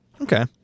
Okay